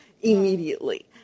immediately